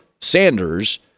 Sanders